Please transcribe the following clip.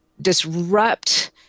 disrupt